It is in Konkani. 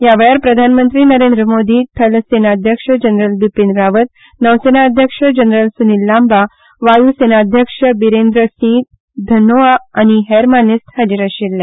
ह्या वेळार प्रधानमंत्री नरेंद्र मोदी थल सेनाध्यक्ष जनरल बिपीन रावत नौसेना अध्यक्ष जनरल सुनील लांबा वायू सेनाध्यक्ष बिरेंद्र सिंह धनोआ आनी हेर मानेस्त हाजीर आशिल्ले